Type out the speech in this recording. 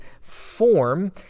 form